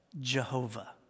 Jehovah